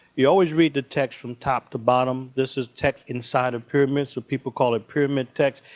you always read the text from top to bottom. this is text inside a pyramid, so people call it pyramid text.